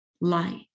light